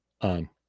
on